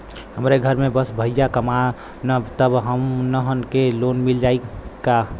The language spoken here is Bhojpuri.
हमरे घर में बस भईया कमान तब हमहन के लोन मिल जाई का?